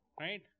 right